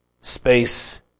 space